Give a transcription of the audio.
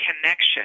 connection